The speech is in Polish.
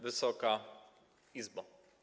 Wysoka Izbo!